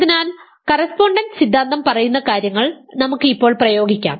അതിനാൽ കറസ്പോണ്ടൻസ് സിദ്ധാന്തം പറയുന്ന കാര്യങ്ങൾ നമുക്ക് ഇപ്പോൾ പ്രയോഗിക്കാം